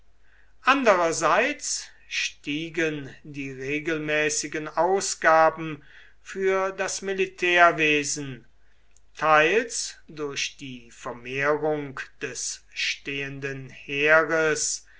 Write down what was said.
andererseits stiegen die regelmäßigen ausgaben für das militärwesen teils durch die vermehrung des stehenden heeres